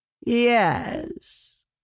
Yes